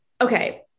Okay